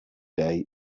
day